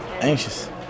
anxious